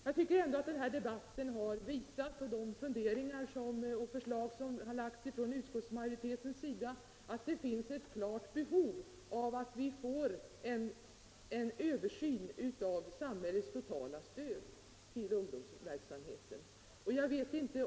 Jag tycker ändå att denna debatt och de funderingar och förslag som framkommit visat att det finns ett klart behov av att vi får en översyn av samhällets totala stöd till ungdomsverksamheten.